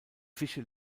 fische